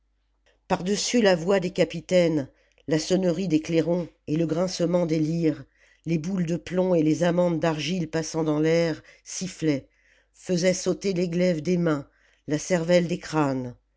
dessus la voix des capitaines la sonnerie des clairons et le grincement des lyres les boules de plomb et les amandes d'argile passant dans l'air sifflaient faisaient sauter les glaives des mains la cervelle des crânes